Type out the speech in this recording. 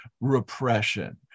repression